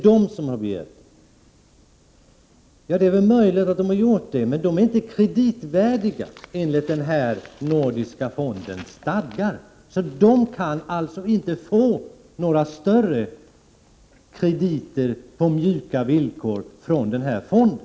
Det är möjligt att de vill ha det, men de är inte kreditvärdiga enligt den nordiska fondens stadgar och kan alltså inte få några större krediter på mjuka villkor från denna fond.